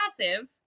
passive